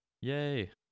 Yay